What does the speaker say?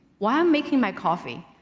while making my coffee.